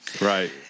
Right